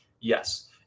yes